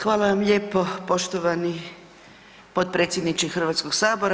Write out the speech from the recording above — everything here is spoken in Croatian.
Hvala vam lijepo poštovani potpredsjedniče Hrvatskog sabora.